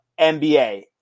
NBA